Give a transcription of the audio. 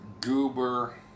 Goober